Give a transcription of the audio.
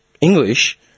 English